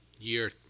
year